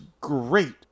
great